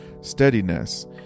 steadiness